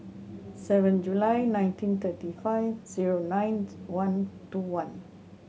seven July nineteen thirty five zero nine one two one